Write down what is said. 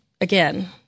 again